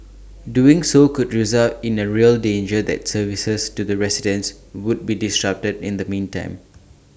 doing so could result in A real danger that services to the residents would be disrupted in the meantime